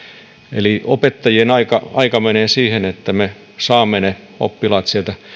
eli opettajien aika aika menee siihen että me saamme ne oppilaat sieltä